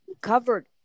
covered